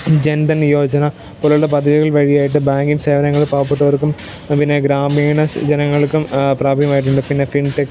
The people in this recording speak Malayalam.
ജൻധൻ യോജന പോലുള്ള പദ്ധതികൾ വഴിയായിട്ട് ബാങ്കിങ്ങ് സേവനങ്ങൾ പാവപ്പെട്ടവർക്കും പിന്നെ ഗ്രാമീണ ജനങ്ങൾക്കും പ്രാപികമായിട്ടുണ്ട് പിന്നെ ഫിൻടെക്